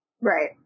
Right